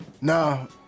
No